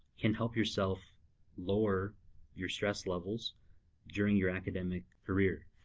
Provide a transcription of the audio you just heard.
can help yourself lower your stress levels during your academic career.